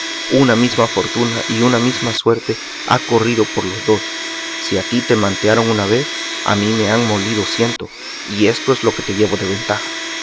una misma fortuna y una misma suerte ha corrido por los dos si a ti te mantearon una vez a mí me han molido ciento y esto es lo que te llevo de ventaja